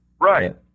Right